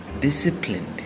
disciplined